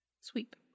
Sweep